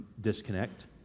disconnect